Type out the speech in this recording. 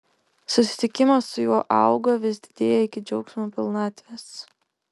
susitikimas su juo auga vis didėja iki džiaugsmo pilnatvės